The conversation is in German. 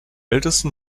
älteste